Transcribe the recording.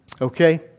Okay